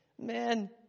man